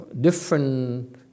different